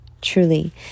truly